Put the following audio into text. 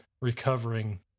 recovering